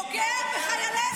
פוגע בחיילינו.